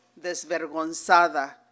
desvergonzada